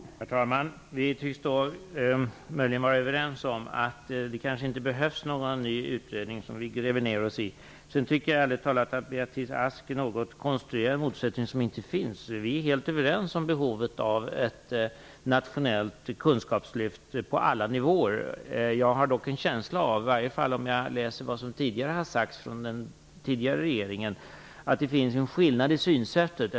Herr talman! Vi tycks då möjligen vara överens om att vi inte behöver gräva ned oss i någon ny utredning. Jag tycker ärligt talat att Beatrice Ask konstruerar en motsättning som inte finns. Vi är helt överens om behovet av ett nationellt kunskapslyft på alla nivåer. Jag har dock en känsla av - i varje fall får jag det när jag läser vad som har sagts av den tidigare regeringen - att det finns en skillnad i synsättet.